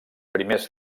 primers